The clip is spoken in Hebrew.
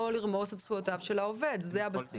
לא לרמוס את זכויותיו של העובד, זה הבסיס.